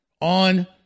on